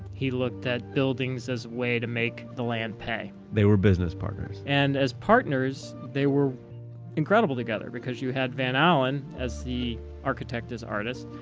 he looked at buildings as a way to make the land pay. they were business partners. and as partners they were incredible together because you have van alen as the architect as artist,